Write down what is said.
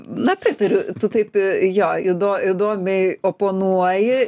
na pritariu tu taip jo įdo įdomiai oponuoji